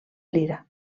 lira